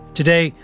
Today